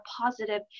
positive